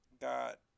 got